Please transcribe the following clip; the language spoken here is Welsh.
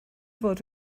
fod